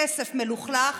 כסף מלוכלך